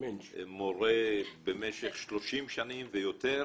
מורה במשך 30 שנים ויותר,